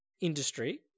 industry